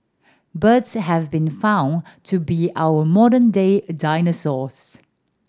birds has been found to be our modern day dinosaurs